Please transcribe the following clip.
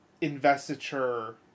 investiture